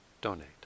donate